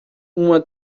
uma